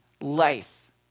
life